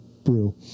Brew